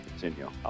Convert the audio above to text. continue